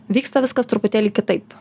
vyksta viskas truputėlį kitaip